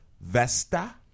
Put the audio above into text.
Vesta